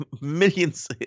millions